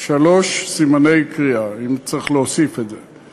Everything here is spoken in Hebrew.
שלושה סימני קריאה אם צריך להוסיף את זה.